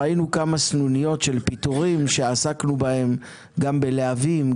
ראינו כמה סנוניות של פיטורים שעסקנו בהם גם בלהבים,